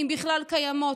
אם בכלל קיימות,